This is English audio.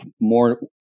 more